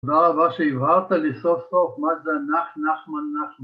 תודה רבה שהבהרת לי סוף סוף, מה זה נח נחמן נחמן.